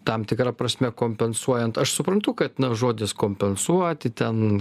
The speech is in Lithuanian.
tam tikra prasme kompensuojant aš suprantu kad na žodis kompensuoti ten